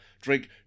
Drink